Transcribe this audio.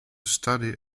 study